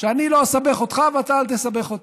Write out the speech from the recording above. שאני לא אסבך אותך, ואתה, אל תסבך אותי.